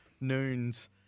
Noon's